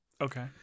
Okay